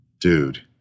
Dude